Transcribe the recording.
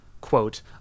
quote